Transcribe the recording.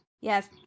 Yes